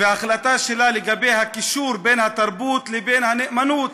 וההחלטה שלה לגבי הקישור בין התרבות לבין הנאמנות.